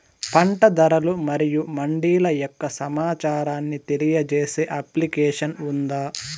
పంట ధరలు మరియు మండీల యొక్క సమాచారాన్ని తెలియజేసే అప్లికేషన్ ఉందా?